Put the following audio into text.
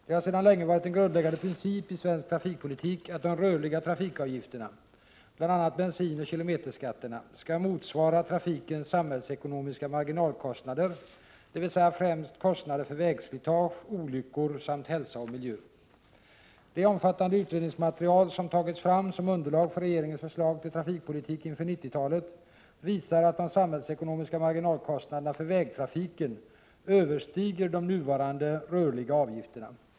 Det har sedan länge varit en grundläggande princip i svensk trafikpolitik att de rörliga trafikavgifterna — bl.a. bensinoch kilometerskatterna — skall motsvara trafikens samhällsekonomiska marginalkostnader, dvs. främst kostnader för vägslitage, olyckor samt hälsa och miljö. Det omfattande utredningsmaterial som tagits fram som underlag för regeringens förslag till trafikpolitik inför 90-talet visar att de samhällsekonomiska marginalkostnaderna för vägtrafiken överstiger de nuvarande rörliga avgifterna.